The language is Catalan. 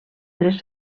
tres